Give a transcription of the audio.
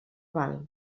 val